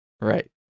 Right